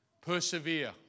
Persevere